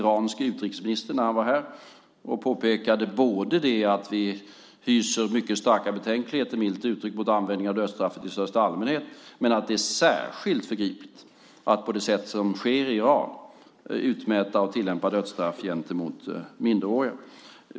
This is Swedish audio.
Jag påpekade att vi hyser mycket starka betänkligheter, milt uttryckt, mot användningen av dödsstraffet i största allmänhet och att det är särskilt förgripligt att på det sätt som sker i Iran utmäta och tillämpa dödsstraff för minderåriga.